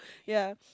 ya